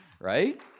Right